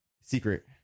Secret